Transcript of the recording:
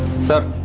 sir.